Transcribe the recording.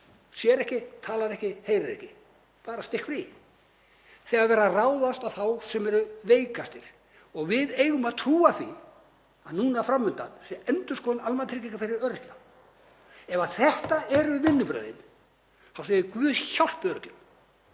sér ekki, talar ekki, heyrir ekki — bara stikkfrí þegar verið að ráðast á þá sem eru veikastir. Við eigum að trúa því að núna fram undan sé endurskoðun almannatrygginga fyrir öryrkja. Ef þetta eru vinnubrögðin þá segi ég: Guð hjálpi öryrkjum.